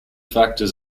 factors